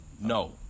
No